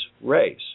race